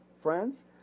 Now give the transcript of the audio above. friends